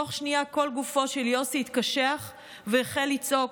תוך שנייה כל גופו של יוסי התקשח והחל לצעוק: